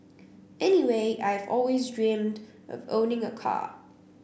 anyway I have always dreamt of owning a car